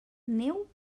neu